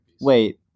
Wait